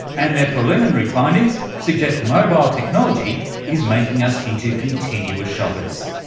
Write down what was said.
and their preliminary findings suggest mobile technology is making us into continuous shoppers.